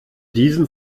diesem